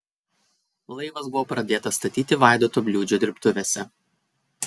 laivas buvo pradėtas statyti vaidoto bliūdžio dirbtuvėse